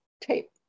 tape